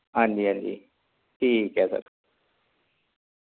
हां जी हां जी ठीक ऐ सर